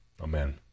Amen